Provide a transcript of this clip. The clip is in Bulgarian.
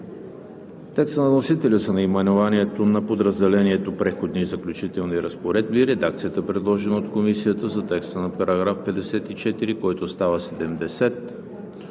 текста на вносителя с наименованието на подразделението „Преходни и заключителни разпоредби“; редакцията, предложена от Комисията за текста на § 54, който става §